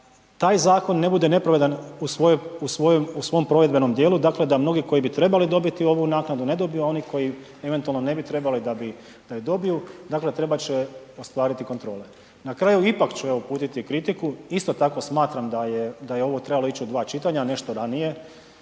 taj zakon ne bude nepravedan u svojom provedbenom dijelu, dakle da mnogi koji bi trebali dobiti ovu naknadu, ne dobiju, a oni koji eventualno ne bi trebali, da bi, da je dobiju. Dakle, trebat će ostvariti kontrole. Na kraju, ipak ću evo, uputiti kritiku. Isto tako smatram da je ovo trebalo ići u dva čitanja, a ne što ranije,